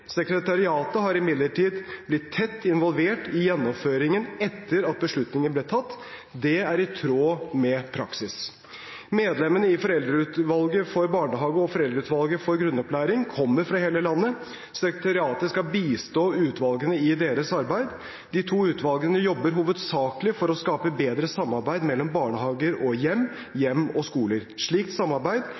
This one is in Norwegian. Sekretariatet har imidlertid blitt tett involvert i gjennomføringen etter at beslutningen ble tatt. Det er i tråd med praksis. Medlemmene i Foreldreutvalget for barnehager og Foreldreutvalget for grunnopplæringen kommer fra hele landet. Sekretariatet skal bistå utvalgene i deres arbeid. De to utvalgene jobber hovedsakelig for å skape bedre samarbeid mellom barnehager og hjem, og hjem og skoler. Slikt samarbeid